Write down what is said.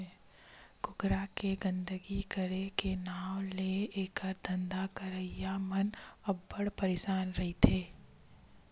कुकरी के गंदगी करे के नांव ले एखर धंधा करइया मन अब्बड़ परसान रहिथे